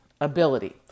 ability